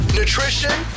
nutrition